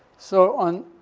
so on